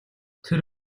тэр